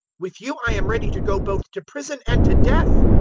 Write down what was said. with you i am ready to go both to prison and to death.